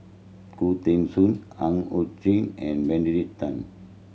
Khoo Teng Soon Ang Hiong Chiok and Benedict Tan